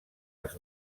els